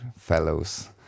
fellows